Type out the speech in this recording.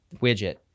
widget